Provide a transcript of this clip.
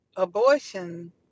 Abortion